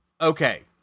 Okay